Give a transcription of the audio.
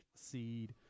seed